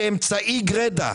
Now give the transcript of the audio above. זה אמצעי גרידא.